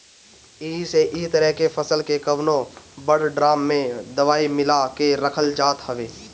एही से इ तरह के फसल के कवनो बड़ ड्राम में दवाई मिला के रखल जात हवे